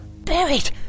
Buried